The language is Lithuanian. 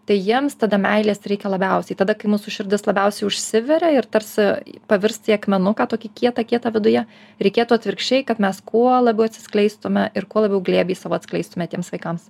tai jiems tada meilės reikia labiausiai tada kai mūsų širdis labiausiai užsiveria ir tarsi pavirsti į akmenuką tokį kietą kietą viduje reikėtų atvirkščiai kad mes kuo labiau atsiskleistume ir kuo labiau glėbį savo atskleistume tiems vaikams